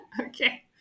Okay